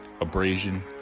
abrasion